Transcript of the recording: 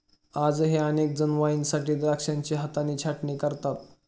आजही अनेक जण वाईनसाठी द्राक्षांची हाताने छाटणी करतात